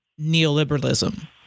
neoliberalism